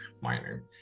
miner